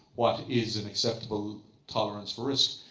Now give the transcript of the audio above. what is an acceptable tolerance for risk.